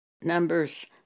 Numbers